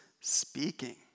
speaking